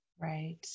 Right